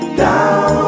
down